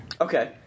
Okay